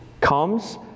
comes